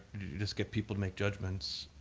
just get people to make judgements,